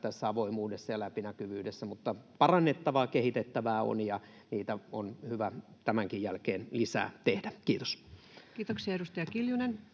tässä avoimuudessa ja läpinäkyvyydessä, mutta parannettavaa, kehitettävää on, ja niin on hyvä tämänkin jälkeen lisää tehdä. — Kiitos. Kiitoksia. — Edustaja Kiljunen.